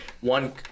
one